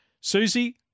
susie